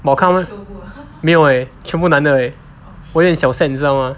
but 我看他们没有 leh 全部男的 leh 我有点小 sad 你知道吗